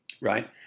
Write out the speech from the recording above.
Right